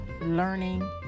learning